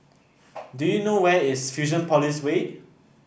do you know where is Fusionopolis Way